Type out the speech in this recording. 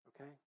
okay